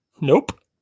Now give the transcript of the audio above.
Nope